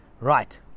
Right